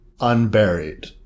unburied